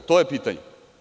To je pitanje.